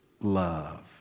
love